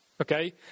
Okay